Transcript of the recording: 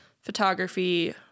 photography